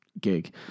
gig